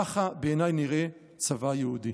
ככה בעיניי נראה צבא יהודי.